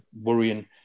worrying